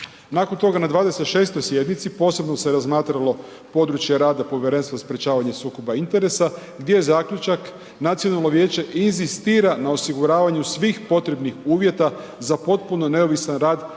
Nakon toga na 26. sjednici posebno se razmatralo područje rada Povjerenstva za sprječavanje sukoba interesa gdje je zaključak nacionalno vijeće inzistira na osiguravanju svih potrebnih uvjeta za potpuno neovisan rad